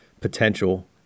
potential